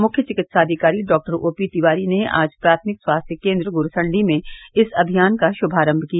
मुख्य चिकित्साधिकारी doctor OP Tiwari ने आज प्राथमिक स्वास्थ्य केन्द्र गुरूसण्डी में इस अभियान का शुभारम्भ किया